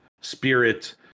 spirit